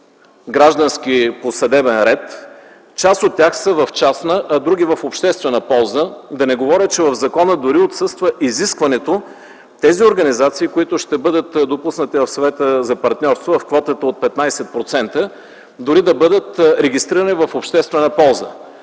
по граждански и по съдебен ред. Част от тях са в частна, а в други – в обществена полза. Да не говоря, че в закона дори отсъства изискването тези организации, които ще бъдат допуснати в Съвета за партньорство в квотата от 15%, дори да бъдат регистрирани в обществена полза.